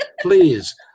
Please